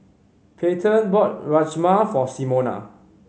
Payton bought Rajma for Simona